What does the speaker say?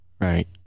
Right